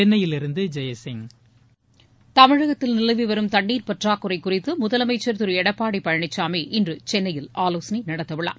சென்னையிலிருந்து ஜெய்சில் தமிழகத்தில் நிலவி வரும் தண்ணீர் பற்றாக்குறை குறித்து முதலமைச்சர் திரு எடப்பாடி பழனிசாமி இன்று சென்னையில் ஆலோசனை நடத்த உள்ளார்